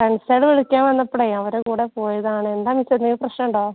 ഫ്രണ്ട്സുകൾ വിളിക്കാൻ വന്നപ്പളെ അവർടെ കൂടെ പോയതാണ് എന്താ മിസ്സേ എന്തേലും പ്രശ്നമുണ്ടോ